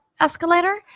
escalator